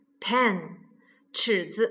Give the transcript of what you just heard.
pen,尺子